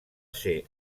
ser